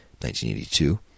1982